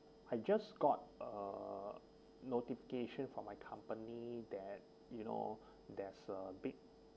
I just got uh notification from my company that you know there's a big